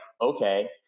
okay